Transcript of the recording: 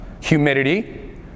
humidity